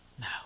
now